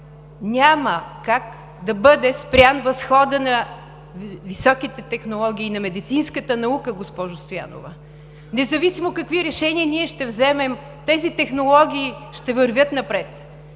Няма как да бъде спрян възходът на високите технологии, на медицинската наука, госпожо Стоянова. Независимо какви решения ще вземем ние, тези технологии ще вървят напред.